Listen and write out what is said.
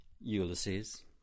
Ulysses